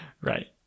right